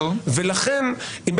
לכן,